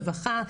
רווחה,